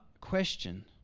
question